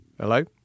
Hello